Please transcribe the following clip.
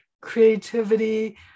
creativity